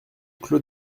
clos